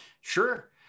Sure